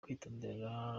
kwitondera